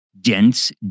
dense